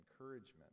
encouragement